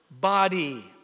body